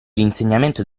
l’insegnamento